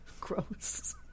gross